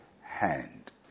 hand